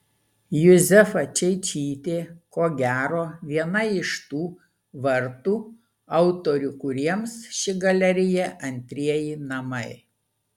juzefa čeičytė ko gero viena iš tų vartų autorių kuriems ši galerija antrieji namai